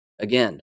Again